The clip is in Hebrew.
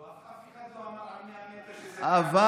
אף אחד לא אמר על 100 מטר אבל,